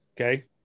Okay